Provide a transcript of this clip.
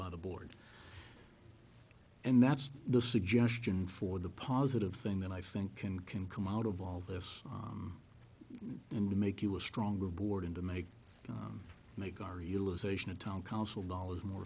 by the board and that's the suggestion for the positive thing that i think can can come out of all this and to make you a stronger board and to make you make our utilization of town council dollars more